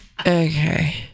Okay